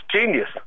genius